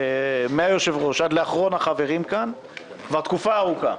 מהיושב-ראש ועד לאחרון החברים כאן כבר תקופה ארוכה.